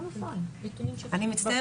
אני מצטערת,